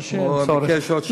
הוא ביקש עוד שאלה.